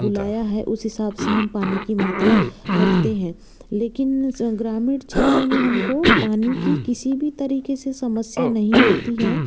बुलाया है उस हिसाब से हम पानी की मात्रा रखते हैं लेकिन स ग्रामीण क्षेत्रों में हम को पानी की किसी भी तरिक़े से समस्या नहीं होती है